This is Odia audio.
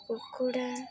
କୁକୁଡ଼ା